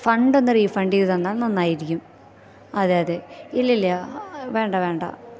ഫണ്ടൊന്ന് refund ചെയ്ത് തന്നാൽ നന്നായിരിക്കും അതേയതെ ഇല്ലില്ല വേണ്ട വേണ്ട